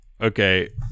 Okay